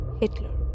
Hitler